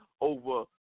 over